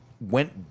went